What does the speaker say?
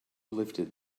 lifted